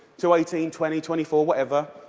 so eighteen, twenty, twenty four, whatever,